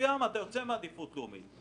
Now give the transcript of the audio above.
אנחנו בסוציואקונומי אחד.